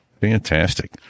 Fantastic